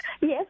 Yes